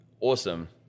awesome